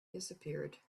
disappeared